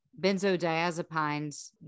benzodiazepines